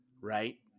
right